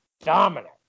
Dominic